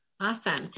Awesome